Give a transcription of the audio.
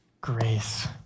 grace